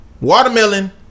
Watermelon